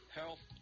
health